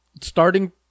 starting